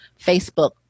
Facebook